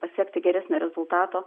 pasiekti geresnio rezultato